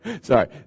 Sorry